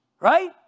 right